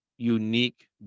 unique